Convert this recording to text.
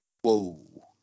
Whoa